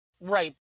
Right